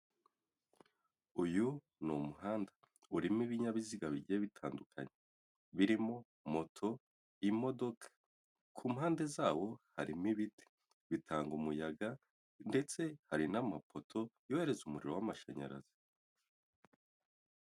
Uyu ni umuhanda urimo ibinyabiziga bigiye bitandukanye, birimo moto imodoka. Ku mpande zawo harimo ibiti bitanga umuyaga, ndetse hari n'amapoto yohereza umuriro w'amashanyarazi.